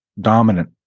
dominant